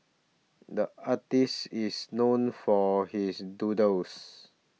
the artist is known for his doodles